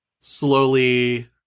slowly